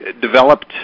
developed